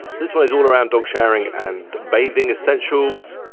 this one is all around dog showering and bathing essentials.